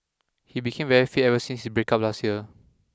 he became very fit ever since his breakup last year